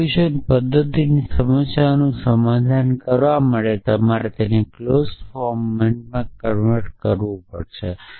resolution પદ્ધતિની સમસ્યાનું સમાધાન કરવા માટે તમારે તેને ક્લોઝ ફોર્મમાં કન્વર્ટ કરવું પડશે